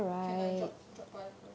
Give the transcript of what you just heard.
can I drop drop by first